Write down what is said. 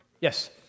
Yes